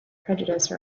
prejudice